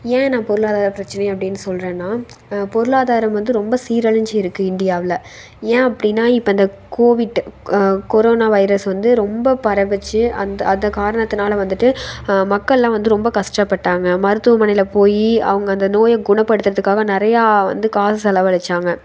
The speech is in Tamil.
ஏன் நான் பொருளாதார பிரச்சனை அப்படினு சொல்றேன்னா பொருளாதாரம் வந்து ரொம்ப சீரழிஞ்சி இருக்குது இண்டியாவில் ஏன் அப்படினா இப்போ இந்த கோவிட் கொரோனா வைரஸ் வந்து ரொம்ப பரவுச்சு அந்த அந்த காரணத்தினால வந்துட்டு மக்கள்லாம் வந்து ரொம்ப கஷ்டப்பட்டாங்க மருத்துவமனையில போய் அவங்க அந்த நோயை குணப்படுத்துகிறதுக்காக நிறையா வந்து காசு செலவழிச்சாங்க